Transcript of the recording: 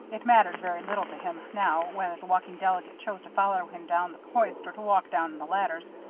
it mattered very little to him now whether the walking delegate chose to follow him down the hoist or to walk down on the ladders,